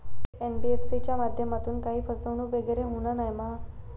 NBFC च्या माध्यमातून काही फसवणूक वगैरे होना नाय मा?